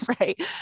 Right